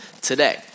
today